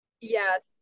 Yes